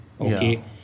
Okay